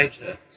major